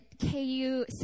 KU